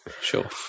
Sure